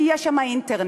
כי יש שם אינטרנט,